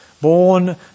born